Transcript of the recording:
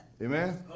Amen